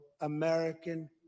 American